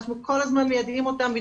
אנחנו כל הזמן מיידעים אותם,